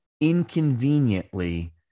inconveniently